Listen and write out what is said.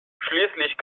schließlich